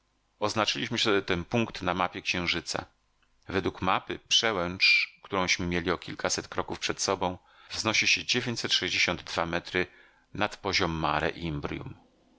oznaczyliśmy sobie ten punkt na mapie księżyca według mapy przełęcz którąśmy mieli o kilkaset kroków przed sobą wznosi się m nad poziom mare